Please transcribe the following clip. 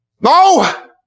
No